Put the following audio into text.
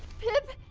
pip?